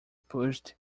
pushed